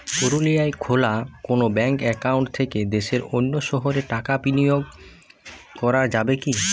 পুরুলিয়ায় খোলা কোনো ব্যাঙ্ক অ্যাকাউন্ট থেকে দেশের অন্য শহরে টাকার বিনিময় করা যাবে কি?